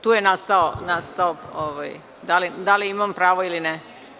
Tu je nastao problem, da li imam pravo ili ne?